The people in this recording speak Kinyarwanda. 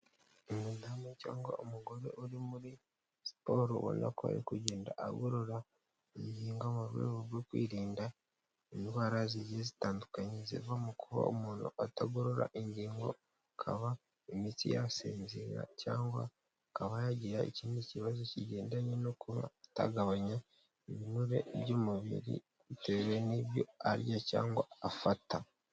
Umudamu cyangwa umugore uri muri siporo ubona ko ari kugenda agorora ingingo mu rwego rwo kwirinda indwara zigiye zitandukanye ziva mu kuba umuntu atagorora ingingo, akaba imitsi yasinzira cyangwa akaba yagira ikindi kibazo kigendanye no kuba atagabanya ibinure by'umubiri bitewe n'ibyo arya cyangwa afata.